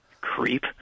Creep